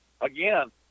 again